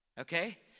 Okay